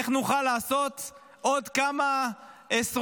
איך נוכל לעשות עוד כמה עשרות,